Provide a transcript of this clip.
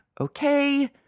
Okay